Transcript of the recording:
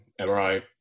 MRI